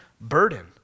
burden